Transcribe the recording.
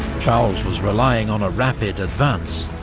charles was relying on a rapid advance,